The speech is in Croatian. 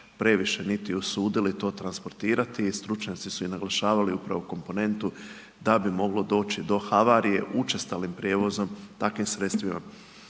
previše niti usudili to transportirati i stručnjaci su im naglašavali upravo komponentu da bi moglo doći do havarije učestalim prijevozom takvim sredstvima.